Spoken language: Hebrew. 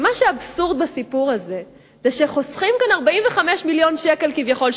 מה שאבסורד בסיפור הזה הוא שחוסכים כאן 45 מיליון שקל כביכול,